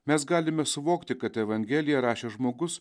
mes galime suvokti kad evangeliją rašė žmogus